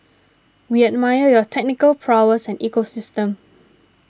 we admire your technical prowess and ecosystem